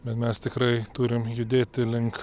bet mes tikrai turim judėti link